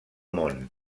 món